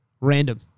random